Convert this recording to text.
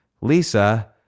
Lisa